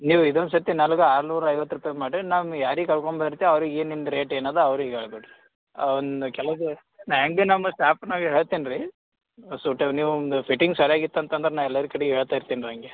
ನೀವು ಇದೊಂದು ಸರತಿ ನನಗು ಆರ್ನೂರ ಐವತ್ತು ರೂಪಾಯಿ ಮಾಡಿರಿ ನಾವ್ ಯಾರಿಗೆ ಕರ್ಕೊಂಡು ಬರ್ತೀವಿ ಅವ್ರಿಗೆ ಈ ನಿಮ್ದು ರೇಟ್ ಏನದ ಅವ್ರಿಗೆ ಹೇಳ್ಬಿಡ್ರೀ ಒಂದು ಕೆಲುದು ಮ್ಯಾಕ್ಸಿಮಮ್ ಸ್ಟಾಫ್ನಾಗ ಹೇಳ್ತಿನಿ ರೀ ಸೂಟು ನೀವೊಂದು ಫಿಟಿಂಗ್ ಸರ್ಯಾಗಿ ಇತ್ತಂತ್ತಂದ್ರೆ ನಾ ಎಲ್ಲರ ಕಡೆ ಹೇಳ್ತ ಇರ್ತೇನೆ ರೀ ಹಂಗೆ